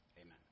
Amen